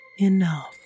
Enough